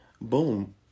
boom